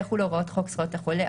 יחולו הוראות חוק זכויות החולה,